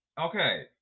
Okay